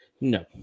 No